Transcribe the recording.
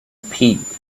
peat